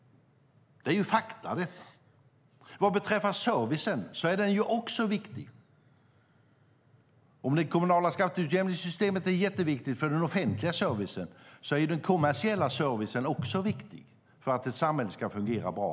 Det är fakta. Servicen är också viktig. Om det kommunala skatteutjämningssystemet är jätteviktigt för den offentliga servicen är den kommersiella servicen också viktig för att ett samhälle ska fungera bra.